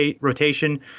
rotation